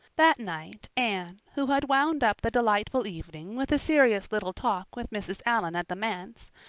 that night anne, who had wound up the delightful evening with a serious little talk with mrs. allan at the manse,